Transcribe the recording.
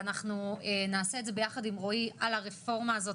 ואנחנו נעשה את זה ביחד עם רועי על הרפורמה הזאת,